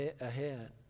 ahead